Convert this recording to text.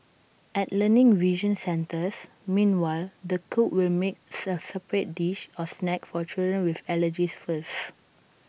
at learning vision centres meanwhile the cook will make separate dish or snack for children with allergies first